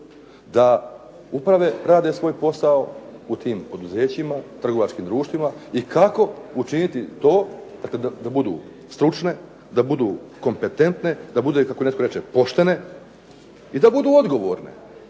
da uprave rade svoj posao u tim poduzećima, trgovačkim društvima? I kako učiniti to da budu stručne, da budu kompetentne, da budu poštene i da budu odgovorne?